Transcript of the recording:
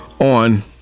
on